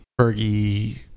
pergie